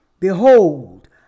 Behold